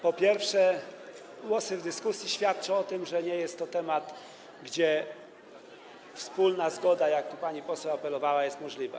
Po pierwsze, głosy w dyskusji świadczą o tym, że nie jest to temat, gdzie wspólna zgoda, o którą pani poseł tu apelowała, jest możliwa.